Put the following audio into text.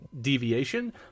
deviation